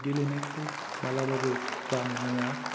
गेलेनायखौ माब्लाबाबो बानो नाङा